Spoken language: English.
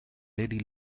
lady